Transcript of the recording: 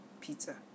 pizza